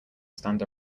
stand